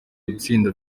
gutsinda